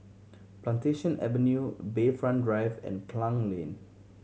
Plantation Avenue Bayfront Drive and Klang Lane